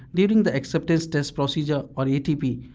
during the acceptance test procedure or atp,